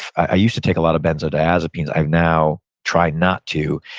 i used to take a lot of benzodiazepines. i've now tried not to.